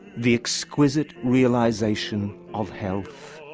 the exquisite realisation of health